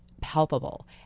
palpable